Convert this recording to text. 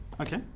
Okay